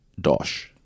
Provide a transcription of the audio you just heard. dosh